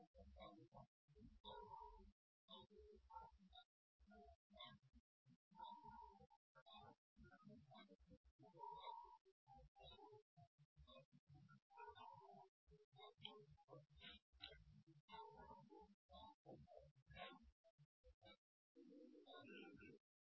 आता मी डिव्हाइस बदलत नाही